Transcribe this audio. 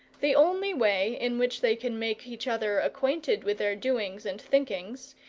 the only way in which they can make each other acquainted with their doings and thinkings,